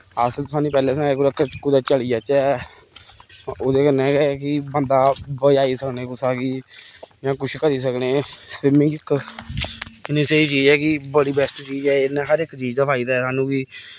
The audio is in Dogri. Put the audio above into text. अस सानूं पैह्लें सनाया कुदै चली जाचै ओह्दे कन्नै गै कि बंदा बचाई सकने कुसा गी जां कुछ करी सकने स्विमिंग इक इ'न्नी स्हेई चीज ऐ कि बड़ी बेस्ट चीज ऐ हर इक चीज दा फायदा ऐ सानूं कि